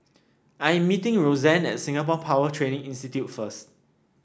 I'm meeting Rozanne at Singapore Power Training Institute first